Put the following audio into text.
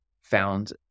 found